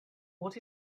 what